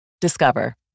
Discover